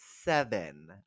seven